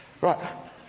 Right